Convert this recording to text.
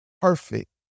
perfect